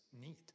need